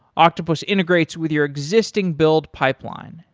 octopus integrates with your existing build pipeline,